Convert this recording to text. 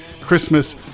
Christmas